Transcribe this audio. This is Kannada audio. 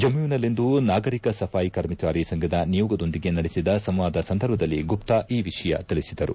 ಜಮ್ಮುವಿನಲ್ಲಿಂದು ನಾಗರಿಕ ಸಫಾಯಿ ಕರ್ಮಚಾರಿ ಸಂಘದ ನಿಯೋಗದೊಂದಿಗೆ ನಡೆಸಿದ ಸಂವಾದ ಸಂದರ್ಭದಲ್ಲಿ ಗುಪ್ತಾ ಈ ವಿಷಯ ತಿಳಿಸಿದರು